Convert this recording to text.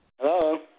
Hello